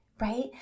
right